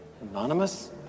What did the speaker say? Anonymous